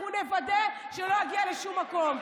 אנחנו נוודא שלא יגיע לשום מקום.